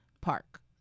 Park